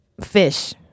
fish